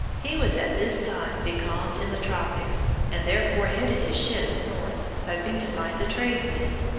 he was at this time becalmed in the tropics, and therefore headed his ships north, hoping to find the trade wind,